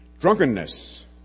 drunkenness